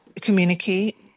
communicate